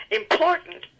important